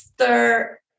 Stir